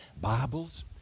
Bibles